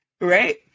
right